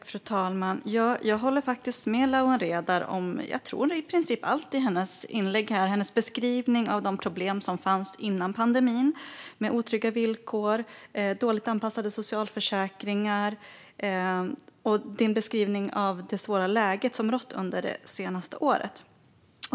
Fru talman! Jag håller faktiskt med Lawen Redar om i princip allt i hennes inlägg och hennes beskrivning av de problem som fanns före pandemin med otrygga villkor, dåligt anpassade socialförsäkringar och det svåra läge som rått under det senaste året.